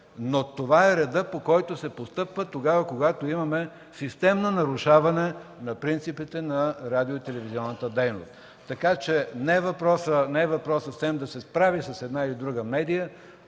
но това е редът, по който се постъпва, когато имаме системно нарушаване на принципите на радио- и телевизионната дейност. Така че въпросът не е СЕМ да се справи с една или друга медия,